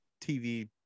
TV